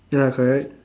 ya correct